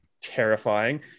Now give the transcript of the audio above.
Terrifying